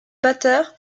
batteur